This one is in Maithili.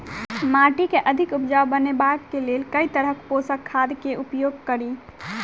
माटि केँ अधिक उपजाउ बनाबय केँ लेल केँ तरहक पोसक खाद केँ उपयोग करि?